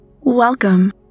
welcome